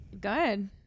Good